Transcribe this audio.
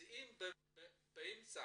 אם באמצע